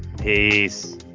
peace